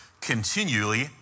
continually